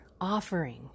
offering